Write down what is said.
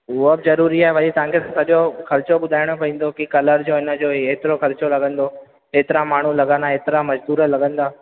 उहो बि ज़रूरी आहे भई तव्हांखे सॼो ख़र्चो ॿुधाइणो पवंदो की कलर जो हिनजो एतिरो ख़र्चो लॻंदो एतिरा माण्हू लॻंदा एतिरा मज़दूर लॻंदा